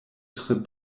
tre